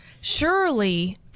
surely